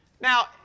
Now